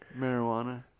marijuana